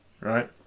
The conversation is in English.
Right